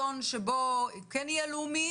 אסון לאומי,